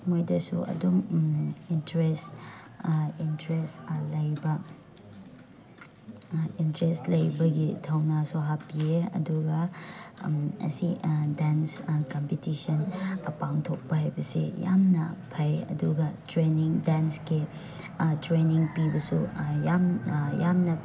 ꯃꯣꯏꯗꯁꯨ ꯑꯗꯨꯝ interest interest ꯂꯩꯕ ꯏꯟꯇ꯭ꯔꯦꯁ ꯂꯩꯕꯒꯤ ꯊꯧꯅꯥꯁꯨ ꯍꯥꯞꯄꯤꯌꯦ ꯑꯗꯨꯒ ꯑꯁꯤ ꯗꯥꯟꯁ ꯀꯝꯄꯤꯇꯤꯁꯟ ꯄꯥꯡꯊꯣꯛꯄ ꯍꯥꯏꯕꯁꯦ ꯌꯥꯝꯅ ꯐꯩ ꯑꯗꯨꯒ ꯇ꯭ꯔꯦꯅꯤꯡ ꯗꯦꯟꯁꯀꯤ ꯇ꯭ꯔꯦꯅꯤꯡ ꯄꯤꯕꯁꯨ ꯌꯥꯝ ꯌꯥꯝꯅ